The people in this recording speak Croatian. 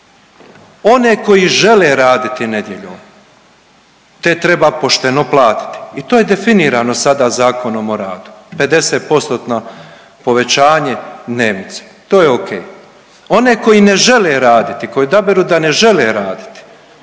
One koji žele raditi nedjeljom te treba pošteno platiti i to je definirano sada Zakonom o radu 50 postotno povećanje dnevnice, to je okej. One koji ne žele raditi, koji odabiru da ne žele raditi